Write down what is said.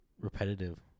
repetitive